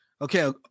Okay